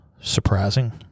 surprising